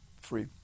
free